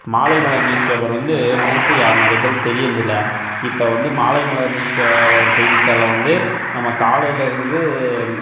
மாலை Malar news paper வந்து mostly யா நிறைய பேருக்கு தெரியறதுல்ல இப்போ வந்து மாலை மலர் நியூஸில் வர செய்தித்தாள் வந்து நம்ம காலையிலிருந்து